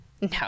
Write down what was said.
No